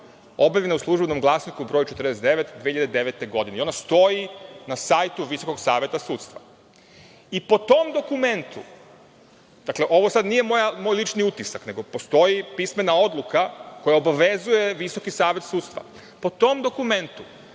objavljena u „Službenom glasniku RS“, broj 49/2009 i ono stoji na sajtu Visokog saveta sudstva. Dakle, ovo sada nije moj lični utisak, nego postoji pismena odluka koja obavezuje Visoki savet sudstva, po tom dokumentu,